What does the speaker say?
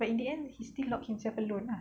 but in the end he still locked himself alone ah